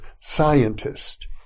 scientist